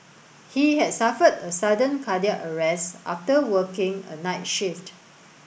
he had suffered a sudden cardiac arrest after working a night shift